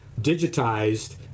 digitized